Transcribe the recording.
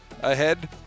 ahead